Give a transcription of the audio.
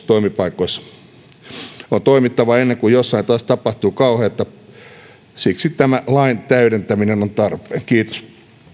toimipaikoissa on toimittava ennen kuin jossain taas tapahtuu kauheita siksi tämä lain täydentäminen on on tarpeen kiitos